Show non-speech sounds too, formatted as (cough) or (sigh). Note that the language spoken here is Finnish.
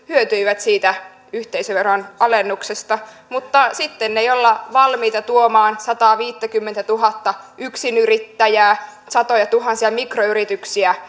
hyötyivät yhteisöveron alennuksesta mutta sitten ei olla valmiita tuomaan sataaviittäkymmentätuhatta yksinyrittäjää satojatuhansia mikroyrityksiä (unintelligible)